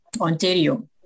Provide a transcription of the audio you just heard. Ontario